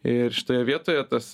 ir šitoje vietoje tas